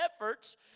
efforts